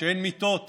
כשאין מספיק מיטות